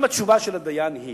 אם התשובה של הדיין היא